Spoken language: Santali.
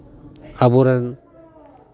ᱟᱵᱚ ᱨᱮᱱ